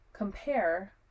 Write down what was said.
Compare